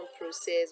process